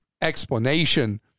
explanation